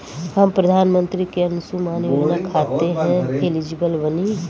हम प्रधानमंत्री के अंशुमान योजना खाते हैं एलिजिबल बनी?